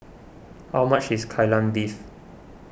how much is Kai Lan Beef